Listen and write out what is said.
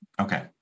Okay